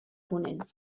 ponent